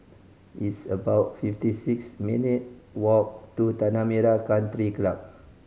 it's about fifty six minute walk to Tanah Merah Country Club